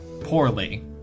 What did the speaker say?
poorly